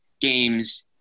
games